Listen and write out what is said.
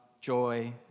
joy